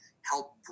help